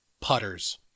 putters